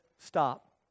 Stop